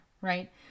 Right